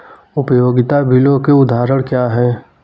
उपयोगिता बिलों के उदाहरण क्या हैं?